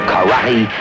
Karate